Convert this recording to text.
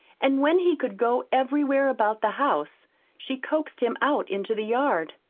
and when he could go everywhere about the house she coaxed him out into the yard.